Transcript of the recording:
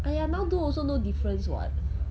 !aiya! now do also no difference [what]